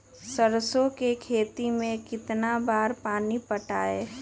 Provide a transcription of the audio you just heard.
सरसों के खेत मे कितना बार पानी पटाये?